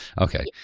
Okay